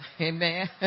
Amen